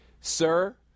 Sir